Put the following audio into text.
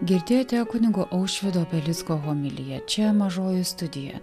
girdėjote kunigo aušvydo belicko homiliją čia mažoji studija